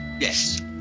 Yes